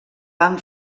van